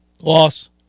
Loss